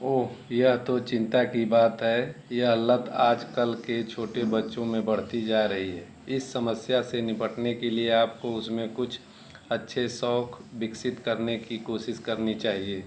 ओह यह तो चिंता की बात है यह लत आजकल के छोटे बच्चों में बढ़ती जा रही है इस समस्या से निपटने के लिए आपको उसमें कुछ अच्छे शौक़ विकसित करने की कोशिश करनी चाहिए